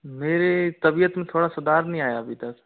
मेरे तबियत में थोड़ा सुधार नहीं आया अभी तक